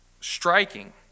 striking